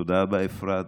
תודה רבה, אפרת.